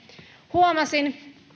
huomasin